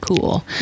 cool